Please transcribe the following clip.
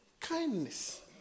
Kindness